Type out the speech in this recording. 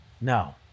No